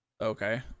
Okay